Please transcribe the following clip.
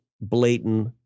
blatant